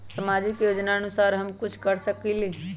सामाजिक योजनानुसार हम कुछ कर सकील?